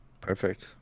Perfect